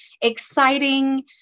exciting